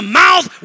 mouth